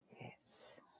Yes